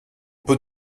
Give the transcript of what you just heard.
peut